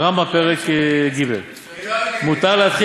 הרמב"ם, פרק ג' מותר,